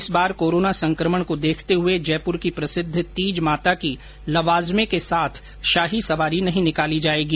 इस बार कोरोना संक्रमण को देखते हुए जयपुर की प्रसिद्ध तीज माता की लवाजमे के साथ शाही सवारी नहीं निकाली जाएगी